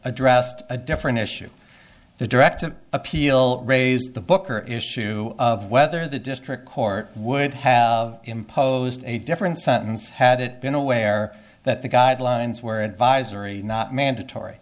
addressed a different issue the direct appeal raised the booker issue of whether the district court would have imposed a different sentence had it been aware that the guidelines were advisory not mandatory